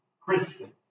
Christian